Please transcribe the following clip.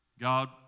God